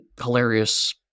hilarious